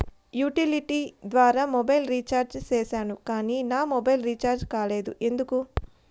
Utility ద్వారా mobile recharge సేసాను కానీ నా మొబైల్ రీచార్జి కాలేదు ఎందుకు?